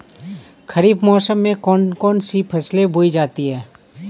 खरीफ मौसम में कौन कौन सी फसलें बोई जाती हैं?